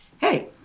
hey